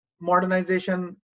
modernization